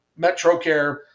MetroCare